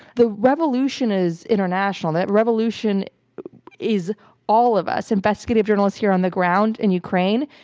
the revolution is international. that revolution is all of us investigative journalists here on the ground in ukraine,